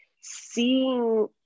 seeing